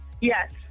Yes